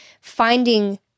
finding